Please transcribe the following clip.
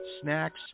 snacks